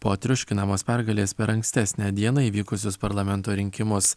po triuškinamos pergalės per ankstesnę dieną įvykusius parlamento rinkimus